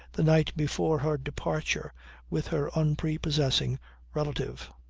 the night before her departure with her unprepossessing relative.